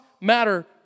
matter